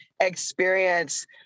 experience